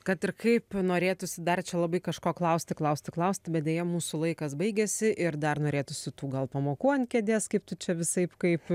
kad ir kaip norėtųsi dar čia labai kažko klausti klausti klausti bet deja mūsų laikas baigiasi ir dar norėtųsi tų gal pamokų ant kėdės kaip tu čia visaip kaip